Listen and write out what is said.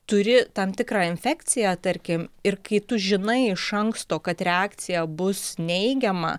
turi tam tikrą infekciją tarkim ir kai tu žinai iš anksto kad reakcija bus neigiama